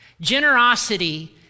generosity